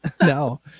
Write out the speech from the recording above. No